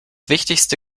wichtigste